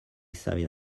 s’havia